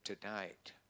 tonight